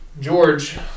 george